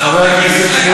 חברת הכנסת, לא נמצאת.